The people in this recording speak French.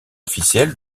officiel